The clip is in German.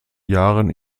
jahren